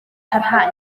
parhau